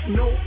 no